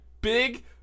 big